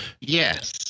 Yes